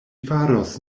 faros